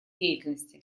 деятельности